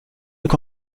eine